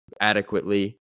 Adequately